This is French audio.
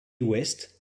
ouest